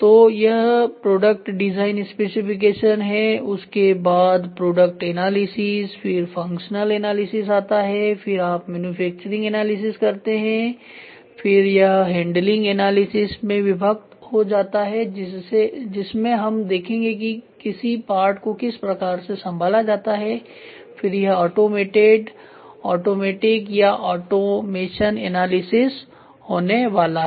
तो यह product design specification है उसके बाद प्रोडक्ट एनालिसिस फिर फंग्शनल एनालिसिस आता है फिर आप मैन्युफैक्चरिंग एनालिसिस करते हैं फिर यह हैंडलिंग एनालिसिस में विभक्त हो जाता है जिसमें हम देखेंगे कि किसी पार्ट को किस प्रकार से संभाला जाता है फिर यह ऑटोमेटेड ऑटोमेटिक या ऑटोमेशन एनालिसिस होने वाला है